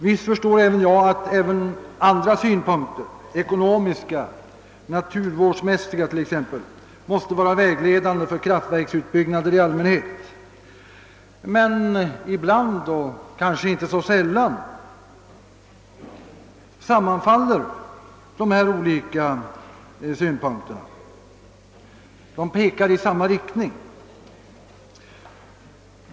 Visst förstår även jag att också andra synpunkter — t.ex. ekonomiska och naturvårdsmässiga — måste vara vägledande för kraftverksutbyggnader i allmänhet. Men ibland, och kanske inte så sällan, pekar dessa synpunkter i samma riktning.